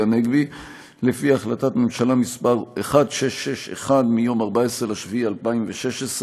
הנגבי לפי החלטת הממשלה מס' 1661 מיום 14 ביולי 2016,